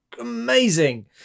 amazing